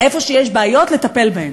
איפה שיש בעיות, לטפל בהן.